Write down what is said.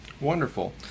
Wonderful